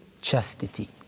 chastity